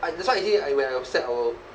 ah that's why you see I when I'm sad I will